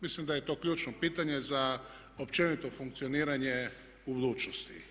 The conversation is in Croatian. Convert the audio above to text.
Mislim da je to ključno pitanje za općenito funkcioniranje u budućnosti.